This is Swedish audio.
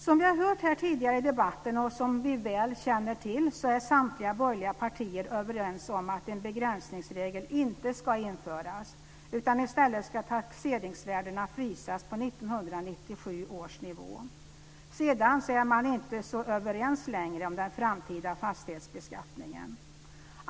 Som vi har hört här tidigare i debatten, och som vi väl känner till, så är samtliga borgerliga partier överens om att en begränsningsregel inte ska införas, utan i stället ska taxeringsvärdena frysas på 1997 års nivå. Sedan är man inte så överens längre om den framtida fastighetsbeskattningen.